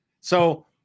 So-